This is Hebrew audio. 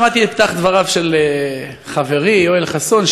אני שמעתי את דבריו של חברי יואל חסון,